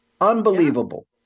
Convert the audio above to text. Unbelievable